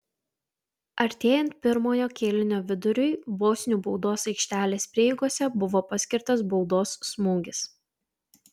artėjant pirmojo kėlinio viduriui bosnių baudos aikštelės prieigose buvo paskirtas baudos smūgis